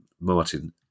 Martin